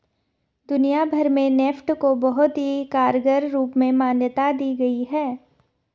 दुनिया भर में नेफ्ट को बहुत ही कारगर रूप में मान्यता दी गयी है